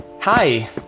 hi